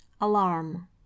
alarm